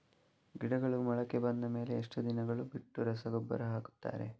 ಗಿಡಗಳು ಮೊಳಕೆ ಬಂದ ಮೇಲೆ ಎಷ್ಟು ದಿನಗಳು ಬಿಟ್ಟು ರಸಗೊಬ್ಬರ ಹಾಕುತ್ತಾರೆ?